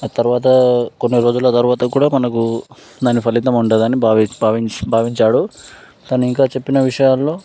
ఆ తర్వాత కొన్ని రోజుల తర్వాత కూడా మనకు దాని ఫలితం ఉంటుందని భావి భావించి భావించాడు తను ఇంకా చెప్పిన విషయాల్లో